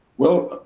well,